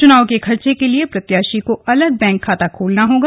चुनाव के खर्चे के लिए प्रत्याशी को अलग बैंक खाता खोलना होगा